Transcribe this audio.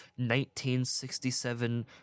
1967